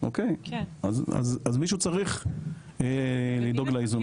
אז מישהו צריך לדאוג לאיזון הזה.